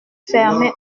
fermé